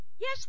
Yes